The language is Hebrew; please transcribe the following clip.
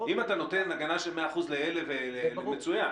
אם אתה נותן הגנה של 100% לאלה ולאלה, זה מצוין.